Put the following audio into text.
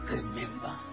Remember